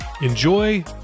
Enjoy